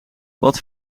wat